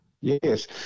yes